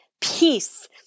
peace